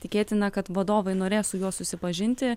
tikėtina kad vadovai norės su juo susipažinti